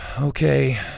Okay